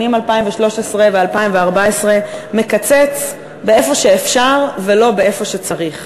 2013 ו-2014 מקצץ במקום שאפשר ולא במקום שצריך.